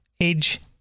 age